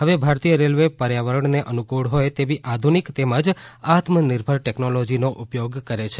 હવે ભારતીય રેલવે પર્યાવરણને અનુકૂળ હોય તેવી આધુનીક તેમજ આત્મનિર્ભર ટેકનોલોજીનો ઉપયોગ કરે છે